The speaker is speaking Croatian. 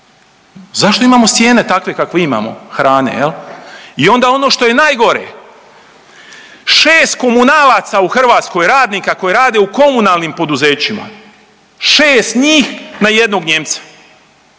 Zašto imamo cijene takve kakve imamo hrane? I onda ono što je najgore 6 komunalaca u Hrvatskoj radnika koji rade u komunalnim poduzećima, 6 njih na 1 Nijemca.